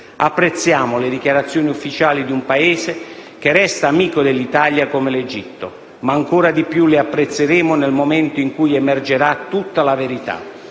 Apprezziamo le dichiarazioni ufficiali di un Paese, che resta amico dell'Italia, come l'Egitto, ma ancora di più le apprezzeremo nel momento in cui emergerà tutta la verità.